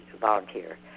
volunteer